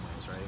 right